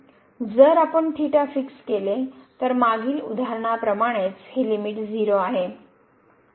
जर आपण फिक्स केले तर मागील उदाहरणाप्रमाणेच हे लिमिट 0 आहे